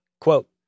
Quote